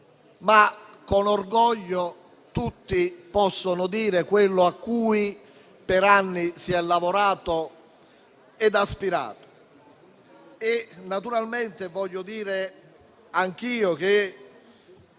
ma con orgoglio tutti possano dire quello a cui per anni si è lavorato e aspirato. Anch'io voglio dire che